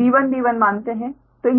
b1b1 मानते हैं